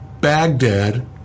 Baghdad